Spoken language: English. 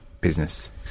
business